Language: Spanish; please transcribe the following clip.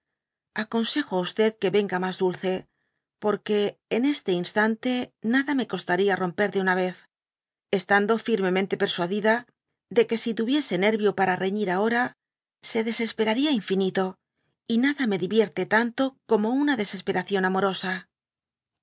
aconsejo á que venga nuts dulce porque en este instante nada me costana romper de una vez estando firmemente persua dida de que si tuviese nervio para reñir ahora se desesperaría infinito y nada me divierte tanto como una desesperación amorosa